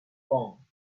phone